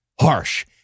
Harsh